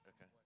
okay